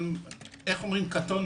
אבל קטונתי.